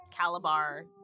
Calabar